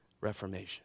reformation